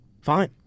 fine